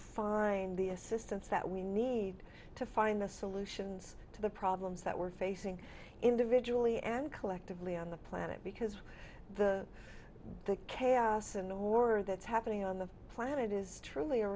find the assistance that we need to find the solutions to the problems that we're facing individually and collectively on the planet because the chaos and horror that's happening on the planet is truly a